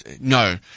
no